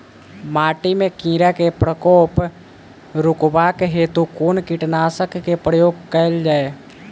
माटि मे कीड़ा केँ प्रकोप रुकबाक हेतु कुन कीटनासक केँ प्रयोग कैल जाय?